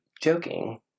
joking